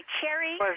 cherry